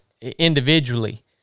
individually